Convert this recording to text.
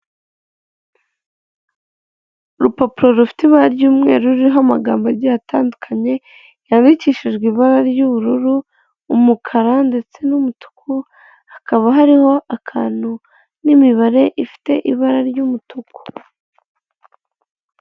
Urupapuro rufite ibara ry'umweru ruriho amagambo agiye atandukanye yandikishijwe ibara ry'ubururu umukara ndetse n'umutuku hakaba hariho akantu n'imibare ifite ibara ry'umutuku.